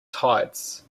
tides